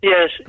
Yes